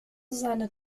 seine